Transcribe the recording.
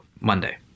Monday